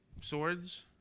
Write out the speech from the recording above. Swords